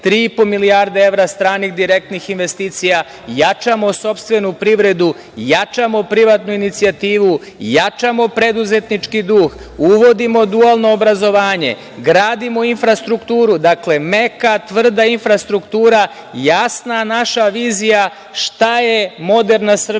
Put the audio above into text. po milijarde evra stranih direktnih investicija, jačamo sopstvenu privredu, jačamo privatnu inicijativu i jačamo preduzetnički duh. Uvodimo dualno obrazovanje, gradimo infrastrukturu. Dakle, meka, tvrda infrastruktura, jasna naša vizija šta je moderna Srbija,